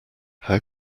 how